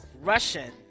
Russian